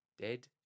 Dead